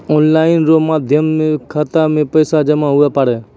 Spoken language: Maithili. ऑनलाइन रो माध्यम से भी खाता मे पैसा जमा हुवै पारै